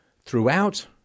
throughout